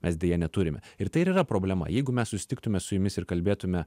mes deja neturime ir tai ir yra problema jeigu mes susitiktume su jumis ir kalbėtume